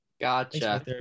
Gotcha